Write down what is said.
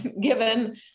given